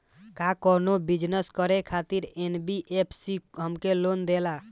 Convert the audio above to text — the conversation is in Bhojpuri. का कौनो बिजनस करे खातिर एन.बी.एफ.सी हमके लोन देला?